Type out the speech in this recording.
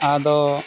ᱟᱫᱚ